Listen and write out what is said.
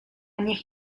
niech